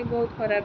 ଏ